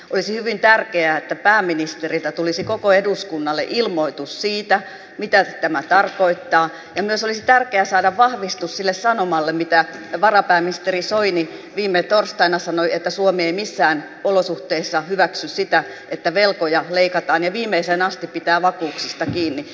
olisi hyvin tärkeää että pääministeriltä tulisi koko eduskunnalle ilmoitus siitä mitä tämä tarkoittaa ja olisi tärkeää myös saada vahvistus sille sanomalle mitä varapääministeri soini viime torstaina sanoi että suomi ei missään olosuhteissa hyväksy sitä että velkoja leikataan ja viimeiseen asti pitää vakuuksista kiinni